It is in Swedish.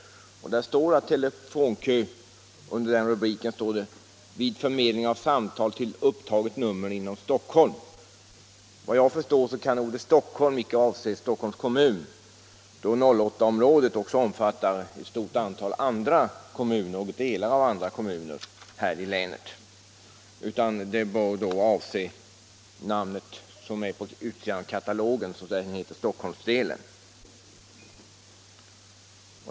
I den står det under rubriken Telefonkön att denna ”utför förmedling av samtal till upptaget nummer —— inom Stockholm”. Enligt vad jag förstår kan ”Stockholm” icke avse Stockholms kommun, då 08 området också omfattar ett stort antal andra kommuner och delar av andra kommuner här i länet. ”Stockholm” bör då avse det område som finns upptaget i katalogen, som heter Stockholmsdelen.